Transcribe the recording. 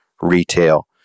retail